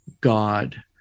God